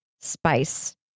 spice